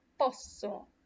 posso